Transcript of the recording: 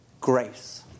grace